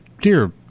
dear